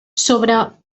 sobre